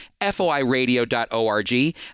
foiradio.org